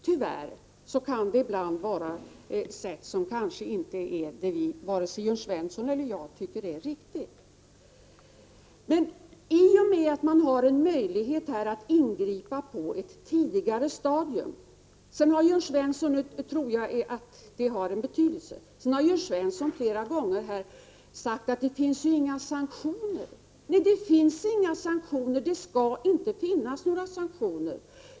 Tyvärr kan det ibland ske på ett sätt som varken Jörn Svensson eller jag tycker är riktigt. Men att man har en möjlighet att ingripa på ett tidigare stadium tror jag har betydelse. Jörn Svensson har flera gånger sagt att det ju inte finns några sanktioner. Nej, det finns inga och det skall inte finnas några sanktioner.